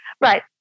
Right